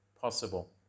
possible